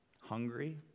Hungry